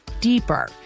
deeper